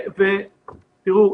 תראו,